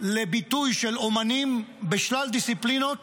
לביטוי של אומנים בשלל דיסציפלינות